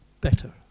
better